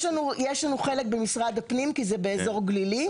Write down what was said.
יש לנו חלק במשרד הפנים, כי זה באזור גלילי.